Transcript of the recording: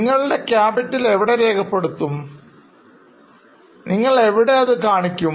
നിങ്ങളുടെ Capital എവിടെ രേഖപ്പെടുത്തും നിങ്ങൾ എവിടെ ഇത് കാണിക്കും